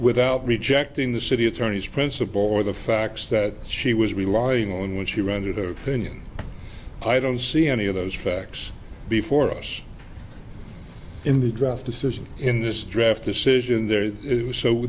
without rejecting the city attorney's principle or the facts that she was relying on when she ranted pinions i don't see any of those facts before us in the draft decision in this draft decision there it was so